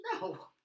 No